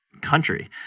country